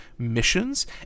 missions